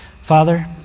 Father